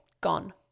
gone